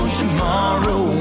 tomorrow